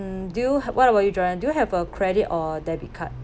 and do you what about you joanna do you have a credit or debit card